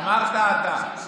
אמרת אתה.